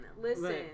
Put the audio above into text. listen